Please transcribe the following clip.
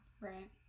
Right